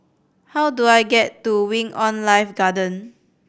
how do I get to Wing On Life Garden